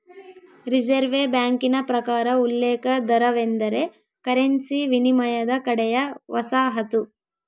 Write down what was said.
reserve ಬ್ಯಾಂಕಿನ ಪ್ರಕಾರ ಉಲ್ಲೇಖ ದರವೆಂದರೆ ಕರೆನ್ಸಿ ವಿನಿಮಯದ ಕಡೆಯ ವಸಾಹತು